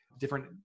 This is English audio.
different